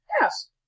Yes